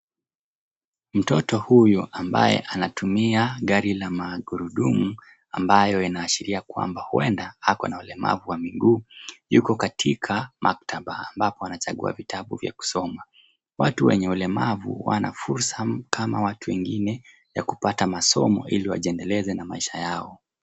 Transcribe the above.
Mtoto huyu ambaye anatumia gari la magurudumu ambayo inaashiria kwamba huenda ako na ulemavu wa muguu yuko katika maktaba ambapo anachagua vitabu vya kusoma. Watu wenye ulemavu wana fursa kama watu wengine ya kupata masomo ili wajiendeleze na maisha yao.